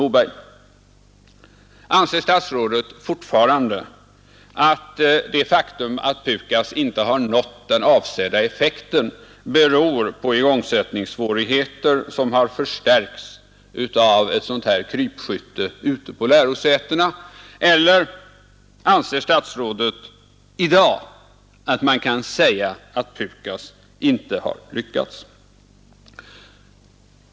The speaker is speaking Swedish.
Den första frågan är: Anser statsrådet fortfarande att det faktum att PUKAS inte har nått den avsedda effekten beror på ”igångsättningssvårigheter”, som har förstärkts av ett sådant här krypskytte ute på lärosätena, eller anser statsrådet i dag att man kan säga att PUKAS inte har lyckats?